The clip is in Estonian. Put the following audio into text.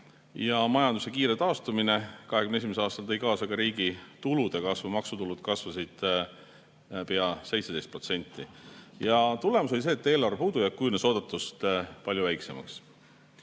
ja majanduse kiire taastumine 2021. aastal tõi kaasa ka riigi tulude kasvu. Maksutulud kasvasid pea 17%. Tulemus oli see, et eelarvepuudujääk kujunes oodatust palju väiksemaks.